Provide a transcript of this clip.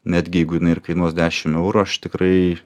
netgi jeigu jinai ir kainuos dešim eurų aš tikrai